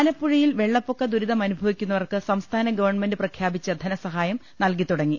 ആലപ്പുഴയിൽ വെള്ളപ്പൊക്ക ദുരിതമനുഭവിക്കുന്നവർക്ക് സംസ്ഥാന ഗവൺമെന്റ് പ്രഖ്യാപിച്ച ധനസഹായം നൽകിത്തുടങ്ങി